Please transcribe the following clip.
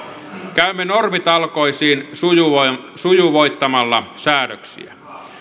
käymme normitalkoisiin sujuvoittamalla sujuvoittamalla säädöksiä